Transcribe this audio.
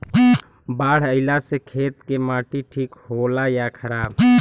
बाढ़ अईला से खेत के माटी ठीक होला या खराब?